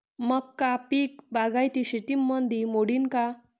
मका पीक बागायती शेतीमंदी मोडीन का?